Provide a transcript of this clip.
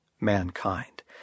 mankind